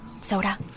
Soda